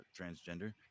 transgender